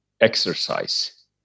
exercise